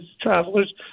travelers